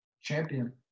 Champion